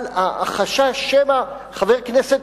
אבל החשש שמא חבר כנסת